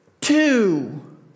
two